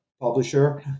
publisher